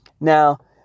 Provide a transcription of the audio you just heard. Now